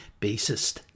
bassist